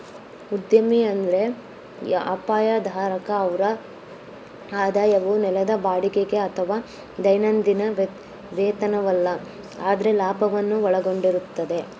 ಉದ್ಯಮಿ ಎಂದ್ರೆ ಅಪಾಯ ಧಾರಕ ಅವ್ರ ಆದಾಯವು ನೆಲದ ಬಾಡಿಗೆಗೆ ಅಥವಾ ದೈನಂದಿನ ವೇತನವಲ್ಲ ಆದ್ರೆ ಲಾಭವನ್ನು ಒಳಗೊಂಡಿರುತ್ತೆ